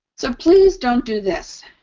so, please don't do this.